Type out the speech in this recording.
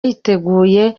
yiteguye